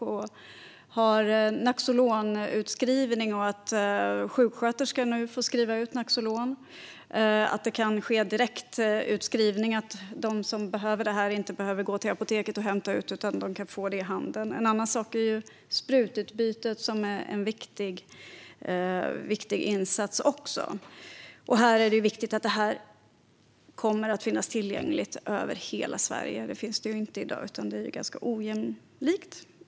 Det är viktigt att sjuksköterskorna får skriva ut Naloxon, att det kan ske direktförskrivning så att de som behöver Naloxon inte behöver gå till apoteket och hämta ut det utan kan få det i handen. Sprututbytet är också en viktig insats. Det är viktigt att det kommer att finnas tillgängligt i hela Sverige. Så är det inte i dag, utan det är ganska ojämlikt.